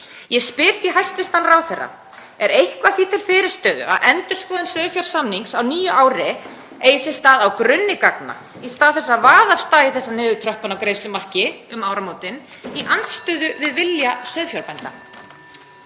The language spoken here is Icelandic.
Ég spyr því hæstv. ráðherra: Er eitthvað því til fyrirstöðu að endurskoðun sauðfjársamnings á nýju ári eigi sér stað á grunni gagna í stað þess að vaða af stað í þessa niðurtröppun á greiðslumarki um áramótin í andstöðu við vilja sauðfjárbænda?